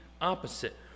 opposite